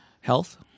Health